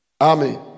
Amen